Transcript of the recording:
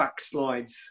backslides